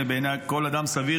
ובעיני כל אדם סביר,